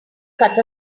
cut